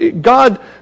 God